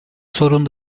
sorun